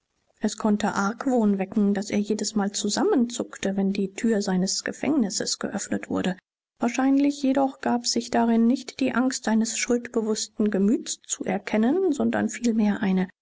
es konnte argwohn wecken daß er jedesmal zusammenzuckte wenn die tür seines gefängnisses geöffnet wurde wahrscheinlich jedoch gab sich darin nicht die angst eines schuldbewußten gemüts zu erkennen sondern vielmehr eine